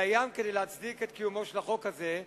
דיים כדי להצדיק את קיומו של החוק הזה,